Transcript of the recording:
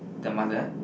the mother